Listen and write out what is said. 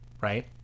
Right